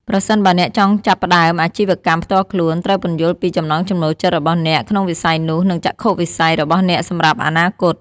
ប្រសិនបើអ្នកចង់ចាប់ផ្ដើមអាជីវកម្មផ្ទាល់ខ្លួន ត្រូវពន្យល់ពី ចំណង់ចំណូលចិត្ត របស់អ្នកក្នុងវិស័យនោះ និង ចក្ខុវិស័យ របស់អ្នកសម្រាប់អនាគត។